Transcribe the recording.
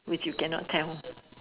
if you cannot tell